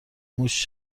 موش